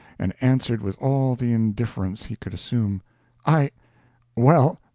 and answered with all the indifference he could assume i well,